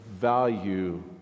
value